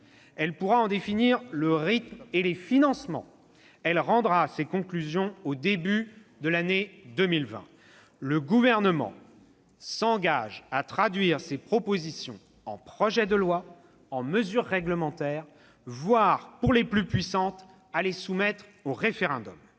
elle pourra en définir le rythme et les financements. Elle rendra ses conclusions au début de l'année 2020. Le Gouvernement s'engage à traduire ces propositions en projets de loi, en mesures réglementaires, voire, pour les plus puissantes, à les soumettre à référendum.